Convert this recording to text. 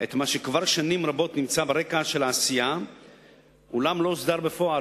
את מה שכבר שנים רבות נמצא ברקע של העשייה אולם לא הוסדר בפועל,